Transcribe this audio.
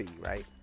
right